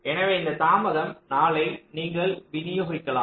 எனவே இந்த தாமதம் 4 லை நீங்கள் விநியோகிக்கலாம்